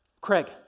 Craig